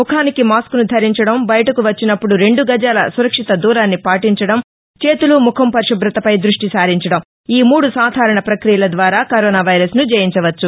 ముఖానికి మాస్కును ధరించడం బయటకు వచ్చినప్పండు రెండు గజాల సురక్షిత దూరాన్ని పాటించడం చేతులు ముఖం పరిశుభ్రతపై దృష్టి సారించడంఈ మూడు సాధారణ ప్రక్రియల ద్వారా కరోనా వైరస్ను జయించవచ్చు